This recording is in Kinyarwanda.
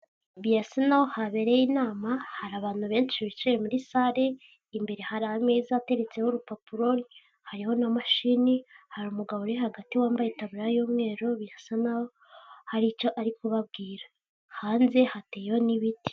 Birasa naho habereye inama hari abantu benshi bicaye muri sare, imbere hari ameza ateretseho urupapuro hariho na mashini hari umugabo uri hagati wambaye itaburiya y'umweru bisa naho hari icyo ari kubabwira, hanze hateyeyo n'ibiti.